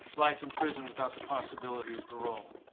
life in prison without the possibility of parole.